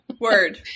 word